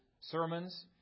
sermons